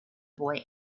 boy